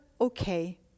okay